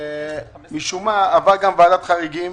זה עבר גם ועדת חריגים,